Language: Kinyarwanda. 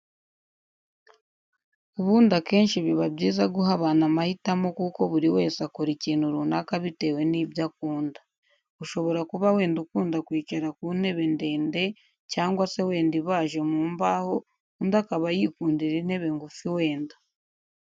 Ubundi akenshi biba byiza guha abantu amahitamo kuko buri wese akora ikintu runaka bitewe n'ibyo akunda. Ushobora kuba wenda ukunda kwicara ku ntebe ndende cyangwa se wenda ibaje mu mbaho, undi akaba yikundira intebe ngufi wenda.